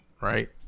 right